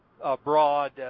abroad